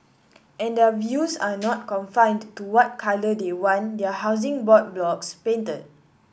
and their views are not confined to what colour they want their Housing Board blocks painted